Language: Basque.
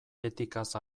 etikaz